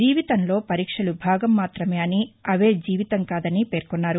జీవితంలో పరీక్షలు భాగం మాతమే అని అవే జీవితం కాదని పేర్కొన్నారు